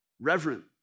reverent